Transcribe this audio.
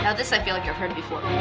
ah this i feel like i've heard before.